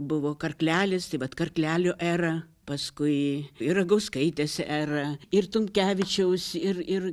buvo karklelis vat karklelio era paskui ir ragauskaitės era ir tumkevičiaus ir ir